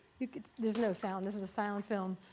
there's no sound. this is a silent film,